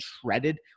shredded